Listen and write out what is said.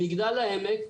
מגדל העמק,